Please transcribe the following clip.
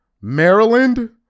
Maryland